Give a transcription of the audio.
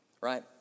right